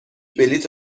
بلیت